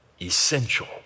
essential